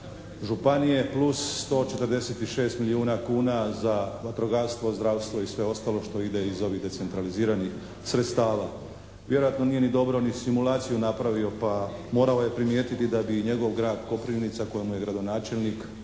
županije plus 146 milijuna kuna za vatrogastvo, zdravstvo i sve ostalo što ide iz ovih decentraliziranih sredstava. Vjerojatno nije ni dobro ni simulaciju napravio pa morao je primijetiti da bi i njegov grad Korpivnica kojemu je gradonačelnik,